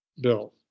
Bill